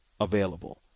available